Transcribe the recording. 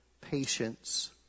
patience